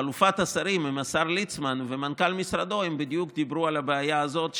חלופת השרים עם השר ליצמן ומנכ"ל משרדו הם בדיוק דיברו על הבעיה הזאת,